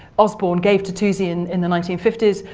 osborne gave to toosey in in the nineteen fifty s,